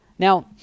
Now